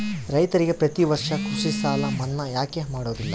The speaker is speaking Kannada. ರೈತರಿಗೆ ಪ್ರತಿ ವರ್ಷ ಕೃಷಿ ಸಾಲ ಮನ್ನಾ ಯಾಕೆ ಮಾಡೋದಿಲ್ಲ?